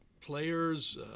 players